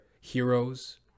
heroes